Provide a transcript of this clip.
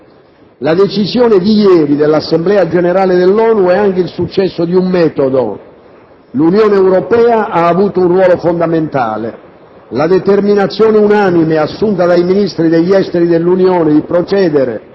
La decisione di ieri dell'Assemblea generale dell'ONU è anche il successo di un metodo. L'Unione Europea ha avuto un ruolo fondamentale. La determinazione unanime assunta dai Ministri degli esteri dell'Unione e il procedere,